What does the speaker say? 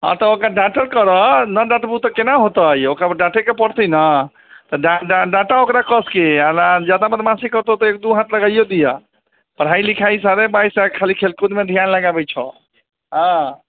हॅं तऽ ओकर डांटो करऽ ना डटबू तऽ केना होतै ओकरा डांटै के पड़तै न डांटऽ ओकरा कसके जादा बदमासी करत तऽ एक दू हाथ लगाइयो दिहऽ पढ़ाई लिखाई साढ़े बाइस खाली खेलकूदमे ध्यान लगाबै छऽ हॅं